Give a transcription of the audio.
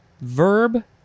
Verb